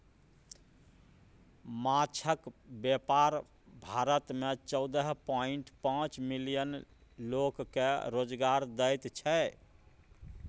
माछक बेपार भारत मे चौदह पांइट पाँच मिलियन लोक केँ रोजगार दैत छै